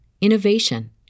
innovation